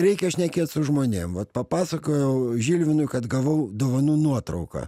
reikia šnekėt su žmonėm vat papasakojau žilvinui kad gavau dovanų nuotrauką